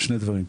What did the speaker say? שני דברים,